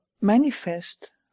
manifest